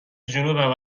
جنوبم